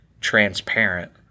transparent